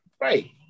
Right